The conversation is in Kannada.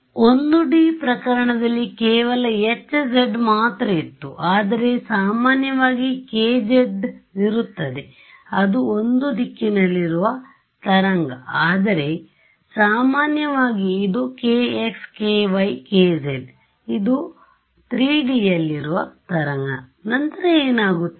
1D ಪ್ರಕರಣದಲ್ಲಿಕೇವಲ hz ಮಾತ್ರ ಇತ್ತು ಆದರೆ ಸಾಮಾನ್ಯವಾಗಿ kz ವಿರುತ್ತದೆ ಅದು ಒಂದು ದಿಕ್ಕಿನಲ್ಲಿರುವ ತರಂಗ ಆದರೆ ಸಾಮಾನ್ಯವಾಗಿ ಇದು ಇದು 3D ಯಲ್ಲಿರುವ ತರಂಗನಂತರ ಏನಾಗುತ್ತದೆ